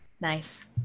Nice